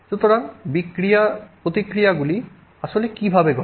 সুতরাং প্রতিক্রিয়াগুলি আসলে কীভাবে ঘটে